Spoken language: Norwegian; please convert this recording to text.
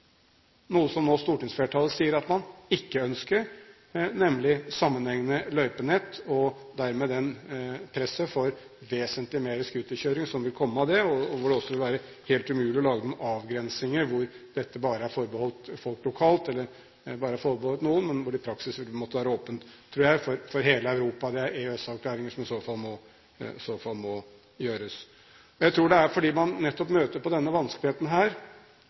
noe som stortingsflertallet nå sier at man ikke ønsker, nemlig sammenhengende løypenett og det presset om vesentlig mer scooterkjøring som vil komme av det. Det vil også være helt umulig å lage noen avgrensinger hvor dette bare er forbeholdt folk lokalt, eller bare er forbeholdt noen. Det vil i praksis måtte være åpent – tror jeg – for hele Europa. Det er EØS-avklaringer som i så fall må gjøres. Jeg tror det er fordi man nettopp møter denne vanskeligheten,